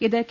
ഇത് കെ